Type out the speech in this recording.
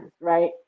right